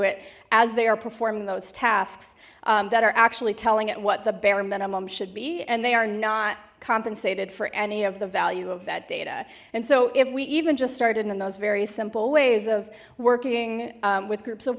it as they are performing those tasks that are actually telling it what the bare minimum should be and they are not compensated for any of the value of that data and so if we even just started in those very simple ways of working with groups of